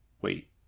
Wait